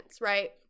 right